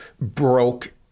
broke